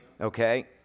okay